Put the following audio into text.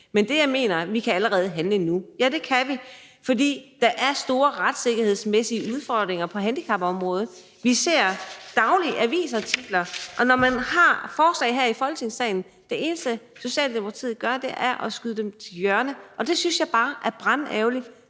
men det, jeg mener, er, at vi allerede kan handle nu. Ja, det kan vi. For der er store retssikkerhedsmæssige udfordringer på handicapområdet. Vi ser dagligt avisartikler om det, og når man har forslag her i Folketingssalen, er det eneste, Socialdemokratiet gør, at skyde dem til hjørne, og det synes jeg bare er brandærgerligt.